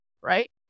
right